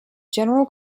general